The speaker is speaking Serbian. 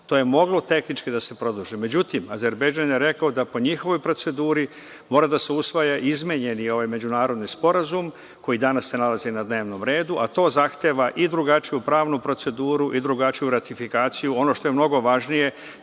to je moglo tehnički da se produži.Međutim, Azerbejdžan je rekao da po njihovoj proceduri mora da se usvaja izmenjeni ovaj međunarodni sporazum koji se danas nalazi na dnevnom redu, a to zahteva i drugačiju pravnu proceduru i drugačiju ratifikaciju. Ono što je mnogo važnije,